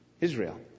Israel